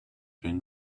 been